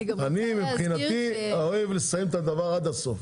אני מבחינתי אוהב לסיים את הדבר עד הסוף.